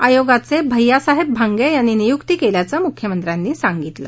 आयोगाचे भैय्या साहेब भांगे यांनी नियुक्ती केल्याचं मुख्यमंत्र्यांनी सांगितलं